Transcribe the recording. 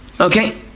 okay